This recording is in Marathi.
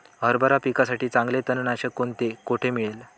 हरभरा पिकासाठी चांगले तणनाशक कोणते, कोठे मिळेल?